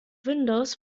windows